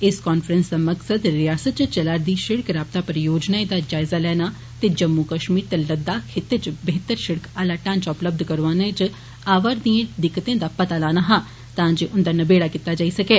इस कान्फ्रैंस दा मकसद रियासत च चला'रदी सिड़क राबता परियोजनाएं दा जायज़ा लैना ते जम्मू कश्मीर ते लद्दाख खिते च बेहतर सिड़कें आला ढांचा उपलब्ध करौआन च आवार दिए दिक्कतें दा पता लाना हा तां जे उन्दा नबेड़ा कीता जाई सकै